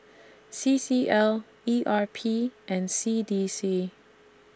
C C L E R P and C D C